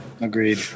Agreed